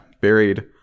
buried